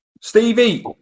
Stevie